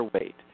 weight